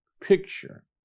picture